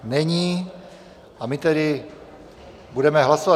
Není, a my tedy budeme hlasovat.